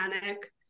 panic